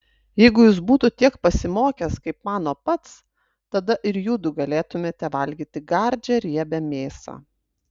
jeigu jis būtų tiek pasimokęs kaip mano pats tada ir judu galėtumėte valgyti gardžią riebią mėsą